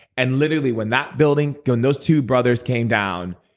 and literally, when that building. when those two brothers came down,